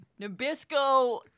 Nabisco